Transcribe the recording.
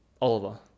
Oliver